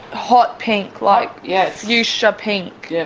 hot pink, like yeah fuchsia pink, yeah